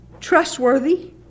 trustworthy